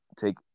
take